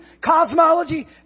cosmology